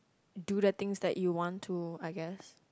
do the things that you want to I guess